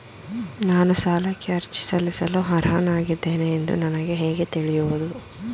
ನಾನು ಸಾಲಕ್ಕೆ ಅರ್ಜಿ ಸಲ್ಲಿಸಲು ಅರ್ಹನಾಗಿದ್ದೇನೆ ಎಂದು ನನಗೆ ಹೇಗೆ ತಿಳಿಯುವುದು?